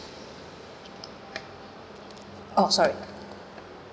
orh sorry